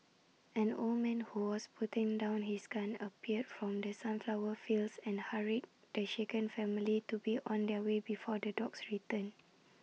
an old man who was putting down his gun appeared from the sunflower fields and hurried the shaken family to be on their way before the dogs return